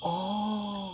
orh